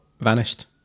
vanished